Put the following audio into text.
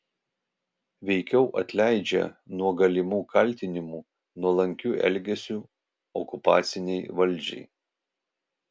veikiau atleidžia nuo galimų kaltinimų nuolankiu elgesiu okupacinei valdžiai